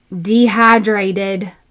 dehydrated